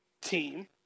team